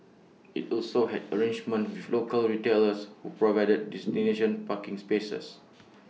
IT also had arrangements with local retailers who provided designation parking spaces